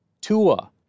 Tua